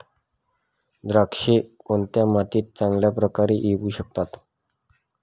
द्राक्षे कोणत्या मातीत चांगल्या प्रकारे येऊ शकतात?